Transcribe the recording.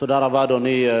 תודה רבה, אדוני.